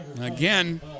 Again